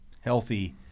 healthy